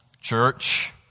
church